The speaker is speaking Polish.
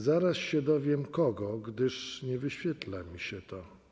Zaraz się dowiem kogo, gdyż nie wyświetla mi się to.